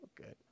Okay